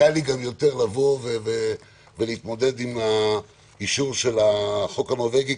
קל לי יותר לבוא ולהתמודד עם האישור של החוק הנורווגי,